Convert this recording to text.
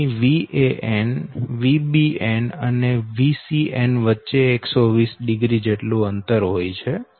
અહી VanVbn અને Vcn વચ્ચે 120o જેટલુ અંતર હોય છે